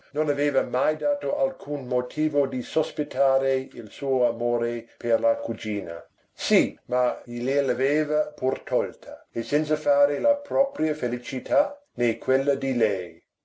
non aveva mai dato alcun motivo di sospettare il suo amore per la cugina sì ma gliel'aveva pur tolta e senza fare la propria felicità né quella di lei